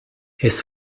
his